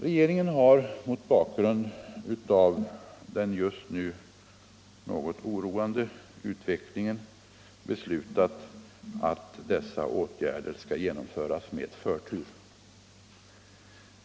Regeringen har mot bakgrund av den just nu något oroande utvecklingen beslutat att dessa åtgärder skall genomföras med förtur.